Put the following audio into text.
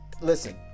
listen